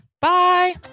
Bye